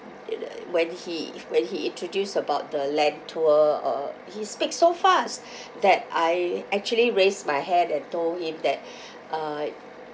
you know when he when he introduced about the land tour uh he speak so fast that I actually raised my hand and told him that uh